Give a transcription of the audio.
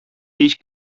ich